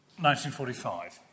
1945